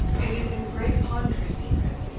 it is an great ponderous secret.